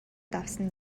давсан